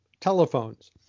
telephones